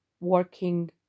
working